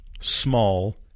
small